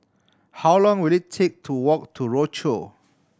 how long will it take to walk to Rochor